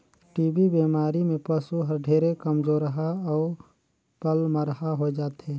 TB बेमारी में पसु हर ढेरे कमजोरहा अउ पलमरहा होय जाथे